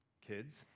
Kids